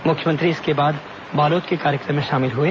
मुख्यमंत्री इसके बाद बालोद के कार्यक्रम में शामिल हुए